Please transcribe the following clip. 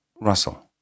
Russell